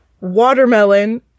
watermelon